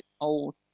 old